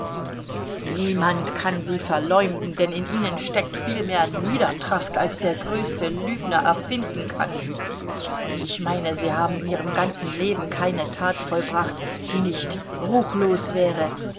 niemand kann sie verleumden denn in ihnen steckt viel mehr niedertracht als der größte lügner erfinden kann ich meine sie haben in ihrem ganzen leben keine tat vollbracht die nicht ruchlos wäre